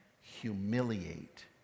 humiliate